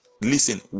listen